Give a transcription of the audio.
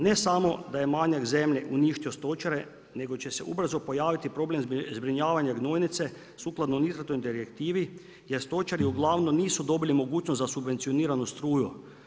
Ne samo da je manjak zemlje uništio stočare nego će se ubrzo pojaviti problem zbrinjavanja gnojnice sukladno Nitratnoj direktivi jer stočari uglavnom nisu dobili mogućnost za subvencioniraju struju.